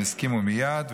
הם הסכימו מייד,